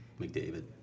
McDavid